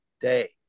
day